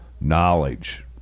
knowledge